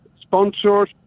sponsors